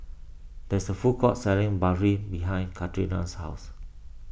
there is a food court selling Barfi behind Karina's house